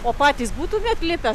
o patys būtumėme aplipę